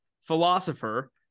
philosopher